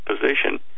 position